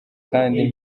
kandi